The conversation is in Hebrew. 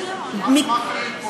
רק מאכערים פוליטיים,